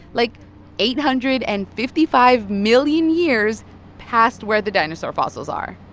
like eight hundred and fifty five million years past where the dinosaur fossils are.